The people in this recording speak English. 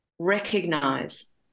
recognize